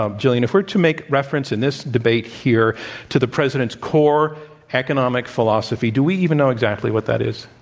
ah gillian, if we're to make reference in this debate here to the president's core economic philosophy, do we even know exactly what that is?